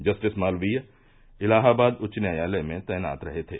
justice Malviya Allahabad उच्च न्यायालय में तैनात रहे थे